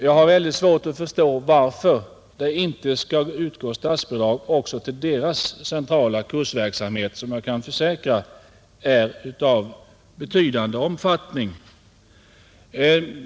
Jag har svårt att förstå varför det inte skall utgå statsbidrag också till deras centrala kursverksamhet, som är av betydande omfattning, det kan jag försäkra.